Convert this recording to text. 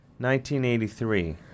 1983